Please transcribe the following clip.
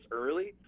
early